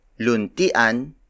LUNTIAN